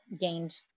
gained